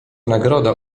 nagroda